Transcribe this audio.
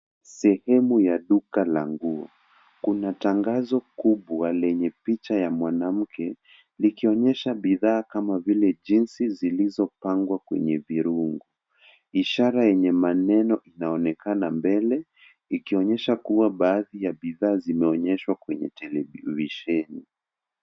Sehemu ya duka la nguo. Kuna tangazo kubwa lenye picha ya mwanamke likionyesha bidhaa kama vile jinsi zilizopangwa kwenye virungu. Ishara yenye maneno inaonekana mbele ikionyesha kuwa baadhi ya bidhaa zimeonyeshwa kwenye televisheni.